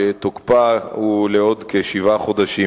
שתוקפה הוא לעוד כשבעה חודשים.